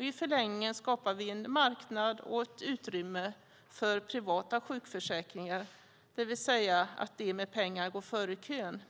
I förlängningen skapar vi en marknad och ett utrymme för privata sjukförsäkringar, det vill säga att de med pengar går före i kön.